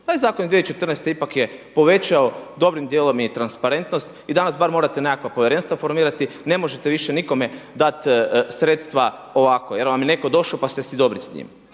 Taj zakon 2014. ipak je povećao dobrim dijelom i transparentnost i danas bar morate nekakva povjerenstva formirati, ne možete više nikome dati sredstva ovako jel vam je neko došo pa ste si dobri s njim,